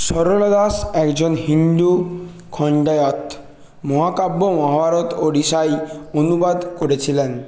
সরলা দাস একজন হিন্দু খণ্ডায়াৎ মহাকাব্য মহাভারত ওড়িশায় অনুবাদ করেছিলেন